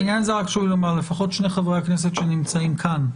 בעניין הזה חשוב לי לומר שלפחות שני חברי הכנסת שנמצאים כאן,